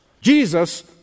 Jesus